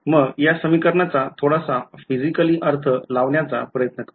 तर मग या समीकरणाचा थोडासा physicallly अर्थ लावण्याचा प्रत्यन करू